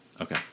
Okay